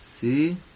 see